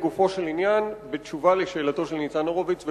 אדוני השר יענה לגופו של עניין בתשובה על שאלתו של ניצן הורוביץ.